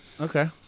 Okay